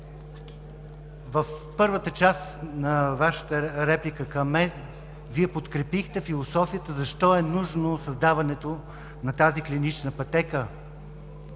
В първата част на Вашата реплика към мен Вие подкрепихте философията защо е нужно създаването на тази клинична пътека,